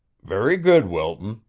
very good, wilton,